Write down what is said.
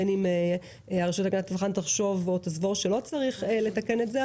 בין אם הרשות להגנת הצרכן תסבור שלא צריך לתקן את זה.